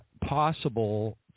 possible